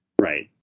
Right